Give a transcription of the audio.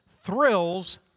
thrills